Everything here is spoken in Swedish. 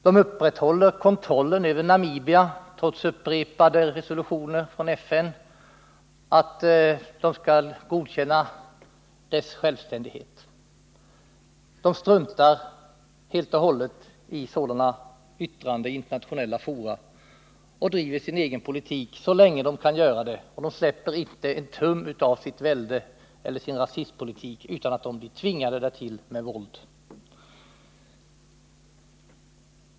De upprätthåller kontrollen över Namibia, trots upprepade resolutioner från FN om att de skall godkänna landets självständighet. De struntar helt och hållet i sådana yttranden från internationella fora och driver sin egen politik så länge de kan. De släpper inte en tum av sin rasistpolitik utan att de blir tvingade till det med våld.